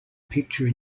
picture